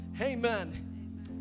Amen